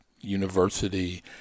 university